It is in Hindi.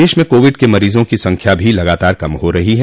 देश में कोविड के मरीजों की संख्या भी लगातार कम हो रही है